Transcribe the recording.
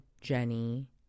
Jenny